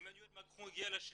עמנואל מקרון הגיע לשלטון",